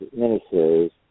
miniseries